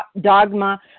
dogma